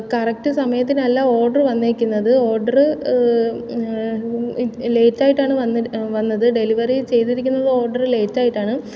correct സമയത്തിനല്ല order വന്നേക്കുന്നത് order late ആയിട്ടാണ് വന്നത് ഡെലിവറി ചെയ്തിരിക്കുന്നത് ഓഡ്റ് ലേയ്റ്റ് ആയിട്ടാണ്